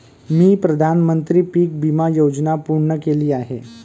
मी प्रधानमंत्री पीक विमा योजना पूर्ण केली आहे